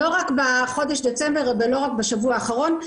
רק לא רק בחודש דצמבר ולא רק בשבוע האחרון.